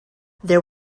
there